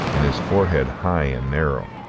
and his forehead high and narrow.